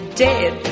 dead